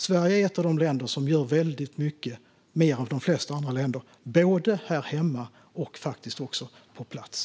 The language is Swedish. Sverige gör mer än de flesta andra länder både här hemma och på plats.